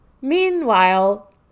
Meanwhile